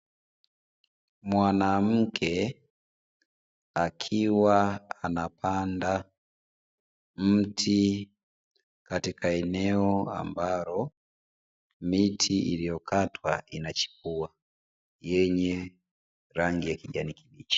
Mwanamke akiwa anapanda mti katika eneo ambalo miti iliyokatwa inachipua yenye rangi ya kijani hichi.